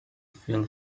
feel